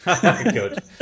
Good